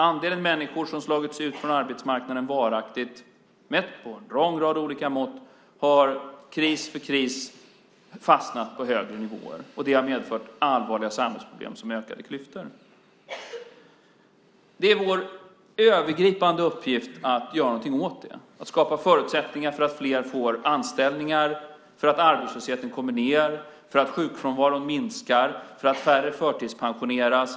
Andelen människor som varaktigt slagits ut från arbetsmarknaden mätt med en lång rad olika mått har kris efter kris fastnat på högre nivåer. Det har medfört allvarliga samhällsproblem som ökade klyftor. Det är vår övergripande uppgift att göra någonting åt det och skapa förutsättningar för att fler får anställningar, att arbetslösheten kommer ned, att sjukfrånvaron minskar och att färre förtidspensioneras.